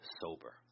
sober